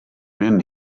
been